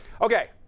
okay